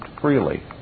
freely